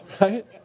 right